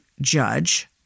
judge